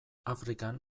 afrikan